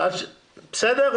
למה לא?